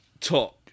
talk